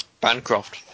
Bancroft